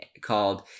called